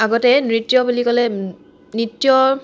আগতে নৃত্য বুলি ক'লে নৃত্য